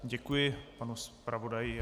Děkuji panu zpravodaji.